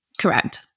Correct